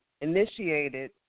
initiated